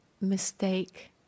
mistake